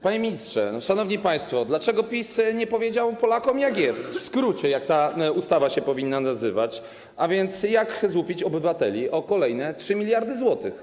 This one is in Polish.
Panie ministrze, szanowni państwo, dlaczego PiS nie powiedział Polakom, jak jest, w skrócie, jak ta ustawa powinna się nazywać, a więc: jak złupić obywateli o kolejne 3 mld zł?